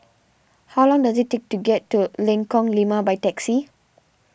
how long does it take to get to Lengkong Lima by taxi